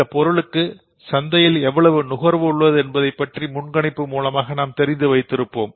இந்தப் பொருளுக்கு சந்தையில் எவ்வளவு நுகர்வு உள்ளது என்பதை முன்கணிப்பு மூலமாக நாம் தெரிந்து வைத்திருப்போம்